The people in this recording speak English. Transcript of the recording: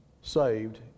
saved